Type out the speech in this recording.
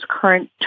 current